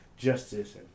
justice